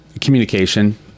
communication